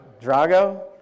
Drago